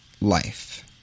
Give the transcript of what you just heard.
life